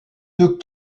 deux